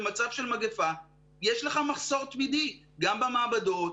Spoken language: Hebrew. במצב של מגיפה יש לך מחסור תמידי גם במעבדות,